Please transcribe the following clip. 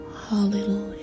Hallelujah